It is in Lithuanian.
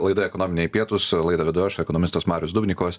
laida ekonominiai pietūs laidą vedu aš ekonomistas marius dubnikovas